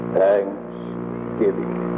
thanksgiving